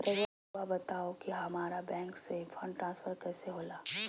राउआ बताओ कि हामारा बैंक से फंड ट्रांसफर कैसे होला?